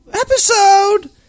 episode